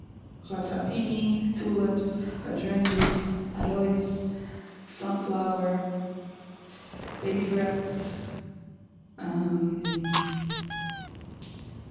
כ'ווייס פון א פיני, טוליפס, היידרענדיס, א רויז, סאן פלאוער, בעבי ברעטס...